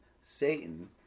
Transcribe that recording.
satan